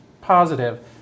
positive